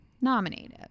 Nominated